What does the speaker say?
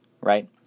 right